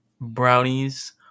Brownies